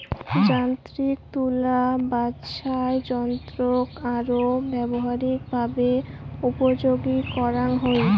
যান্ত্রিক তুলা বাছাইযন্ত্রৎ আরো ব্যবহারিকভাবে উপযোগী করাঙ হই